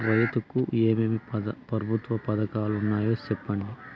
రైతుకు ఏమేమి ప్రభుత్వ పథకాలు ఉన్నాయో సెప్పండి?